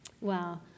Wow